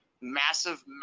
Massive